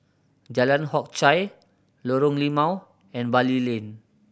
Jalan Hock Chye Lorong Limau and Bali Lane